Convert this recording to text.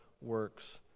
works